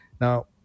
Now